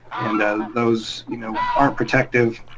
and ah those you know aren't protective,